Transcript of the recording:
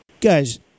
Guys